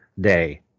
day